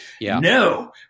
no